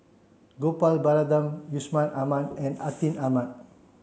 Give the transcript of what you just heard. Gopal Baratham Yusman Aman and Atin Amat